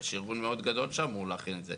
יש ארגון מאוד גדול, שאמור להכין את זה.